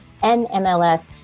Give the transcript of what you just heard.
NMLS